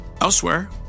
Elsewhere